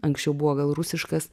anksčiau buvo gal rusiškas